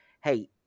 hey